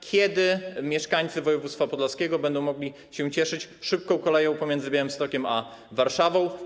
Kiedy mieszkańcy województwa podlaskiego będą mogli się cieszyć szybką koleją między Białymstokiem a Warszawą?